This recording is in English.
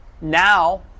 now